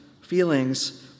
feelings